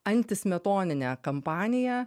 antį smetoninę kampaniją